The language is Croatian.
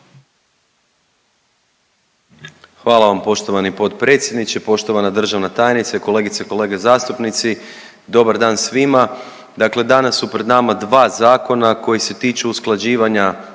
Hvala vam poštovani potpredsjedniče. Poštovana državna tajnice, kolegice i kolege zastupnici, dobar dan svima. Dakle danas su pred nama dva zakona koji se tiču usklađivanja